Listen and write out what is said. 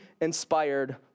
inspired